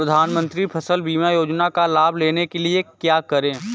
प्रधानमंत्री फसल बीमा योजना का लाभ लेने के लिए क्या करें?